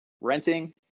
renting